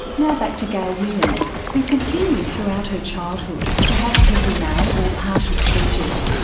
now back to gail williams, who continued throughout her childhood to have petit mal or partial seizures,